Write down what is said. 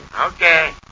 Okay